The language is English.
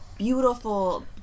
Beautiful